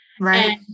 Right